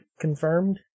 confirmed